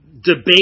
debate